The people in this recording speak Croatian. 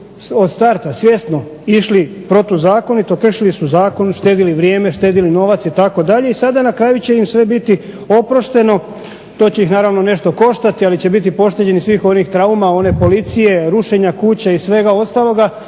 od starta svjesno išli protuzakonito, kršili su zakon, štedili vrijeme, štedili novac itd. I sada na kraju će im sve biti oprošteno. To će ih naravno nešto koštati, ali će biti pošteđenih svih onih trauma, one policije, rušenja kuća i svega ostaloga.